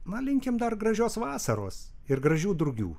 na linkime dar gražios vasaros ir gražių drugių